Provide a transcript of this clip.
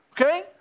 Okay